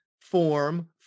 form